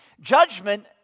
Judgment